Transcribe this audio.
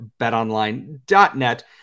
betonline.net